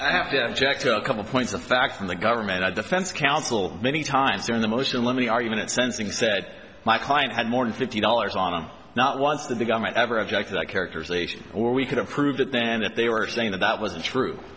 i have to inject a couple points of fact from the government our defense counsel many times during the motion in limine argument sensing said my client had more than fifty dollars on him not once did the government ever object to that characterization or we couldn't prove that then that they were saying that that wasn't true